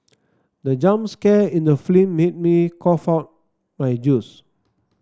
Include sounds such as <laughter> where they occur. the jump scare in the <unintelligible> made me cough out my juice